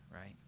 right